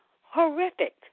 horrific